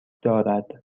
دارد